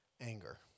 anger